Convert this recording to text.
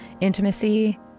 intimacy